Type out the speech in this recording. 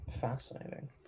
fascinating